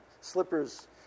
slippers